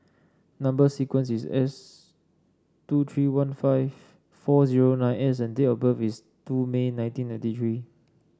number sequence is S two three one five four zero nine S and date of birth is two May nineteen ninety three